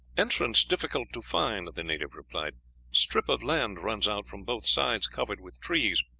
entrance difficult to find, the native replied strip of land runs out from both sides, covered with trees.